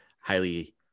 highly